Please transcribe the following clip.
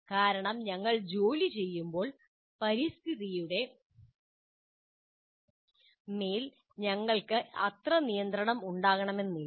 കാരണം ഞങ്ങൾ ജോലി ചെയ്യുമ്പോൾ പരിസ്ഥിതിയുടെ മേൽ ഞങ്ങൾക്ക് അത്രയധികം നിയന്ത്രണം ഉണ്ടാകണമെന്നില്ല